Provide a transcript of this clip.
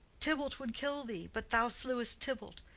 tybalt would kill thee, but thou slewest tybalt.